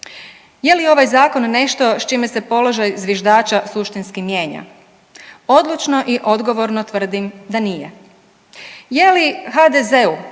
Je li ovaj Zakon nešto s čime se položaj zviždača suštinski mijenja? Odlučno i odgovorno tvrdim da nije. Je li HDZ-u,